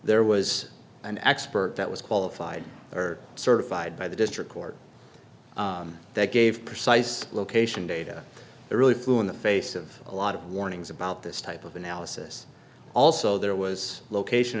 there was an expert that was qualified or certified by the district court that gave precise location data really flew in the face of a lot of warnings about this type of analysis also there was location